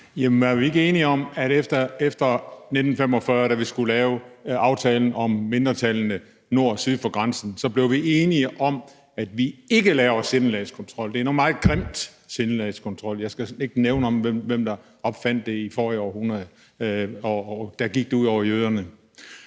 Jamen er vi ikke enige om, at efter 1945, da vi skulle lave aftalen om mindretallene nord og syd for grænsen, blev vi enige om, at vi ikke laver sindelagskontrol? Sindelagskontrol er noget meget grimt. Jeg skal ikke nævne, hvem der opfandt det i forrige århundrede. Der gik det ud over jøderne.